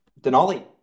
Denali